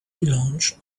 lounge